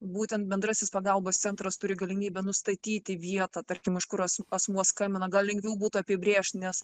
būtent bendrasis pagalbos centras turi galimybę nustatyti vietą tarkim iš kurios asmuo skambina gal lengviau būtų apibrėžt nes